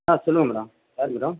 ஆ சொல்லுங்க மேடம் யாரு மேடம்